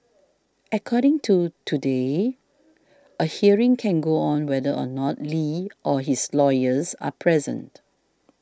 according to Today a hearing can go on whether or not Li or his lawyers are present